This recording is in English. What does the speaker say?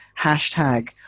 hashtag